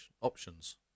options